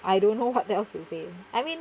I don't know what else to say I mean